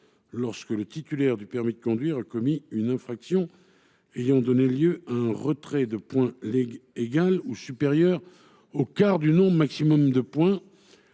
lorsque le titulaire du permis de conduire a commis une infraction ayant donné lieu à un retrait de points égal ou supérieur au quart du nombre maximum de points,